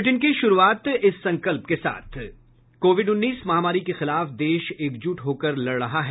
bulletin की शुरूआत इस संकल्प के साथ कोविड उन्नीस महामारी के खिलाफ देश एकजुट होकर लड़ रहा है